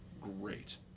great